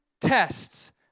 tests